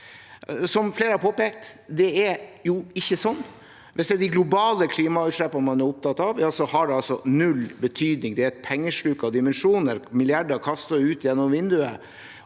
Som flere har påpekt, er det jo ikke slik. Hvis det er de globale klimautslippene man er opptatt av, har det altså null betydning. Det er et pengesluk av dimensjoner – milliarder kastet ut gjennom vinduet